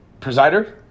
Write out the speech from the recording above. presider